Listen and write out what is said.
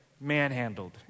manhandled